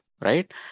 right